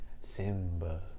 Simba